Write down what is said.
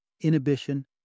inhibition